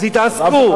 אז התעסקו.